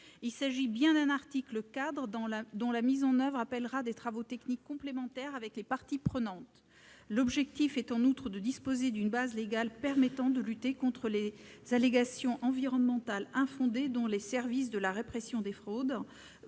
Il s'agit bien d'un article-cadre, dont la mise en oeuvre appellera des travaux techniques complémentaires avec les parties prenantes. L'objectif est, en outre, de disposer d'une base légale permettant de lutter contre les allégations environnementales infondées, dont les services de la répression des fraudes